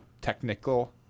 technical